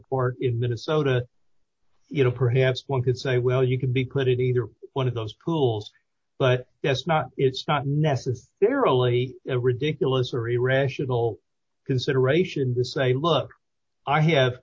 or in minnesota you know perhaps one could say well you could be could it either one of those tools but that's not it's not necessarily a ridiculous or irrational consideration to say look i have